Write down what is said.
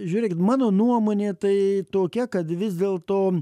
žiūrėkit mano nuomonė tai tokia kad vis dėlto